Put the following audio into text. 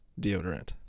deodorant